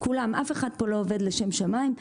אף אחד פה לא עובד לשם שמיים.